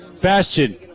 Bastion